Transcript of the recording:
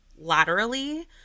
laterally